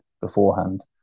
beforehand